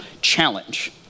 challenge